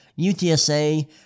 UTSA